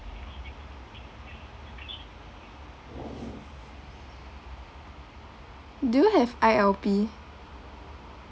do you have I_L_P